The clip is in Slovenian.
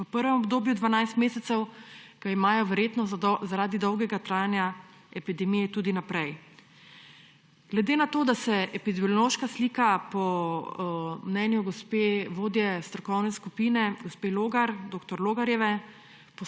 v prvem obdobju 12 mesecev, ga imajo verjetno zaradi dolgega trajanja epidemije tudi naprej. Glede na to, da se epidemiološka slika po mnenju vodje strokovne skupine dr. Logarjeve